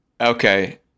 Okay